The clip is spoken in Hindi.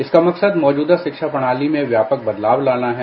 इसका मकसद मौजूदा प्रणाली में व्यापक बदलाव लाना है